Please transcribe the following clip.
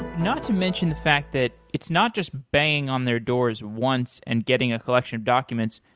not to mention the fact that it's not just banging on their doors once and getting a collection of documents,